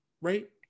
right